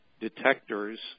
detectors